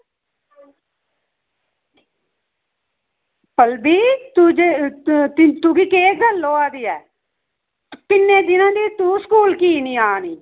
पल्लवी तू तुगी केह् गल्ल होआ दी ऐ किन्ने दिनां दी तू स्कूल कीऽ निं आनी